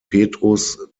petrus